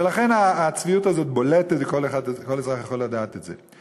ולכן הצביעות הזאת בולטת וכל אזרח יכול לדעת את זה.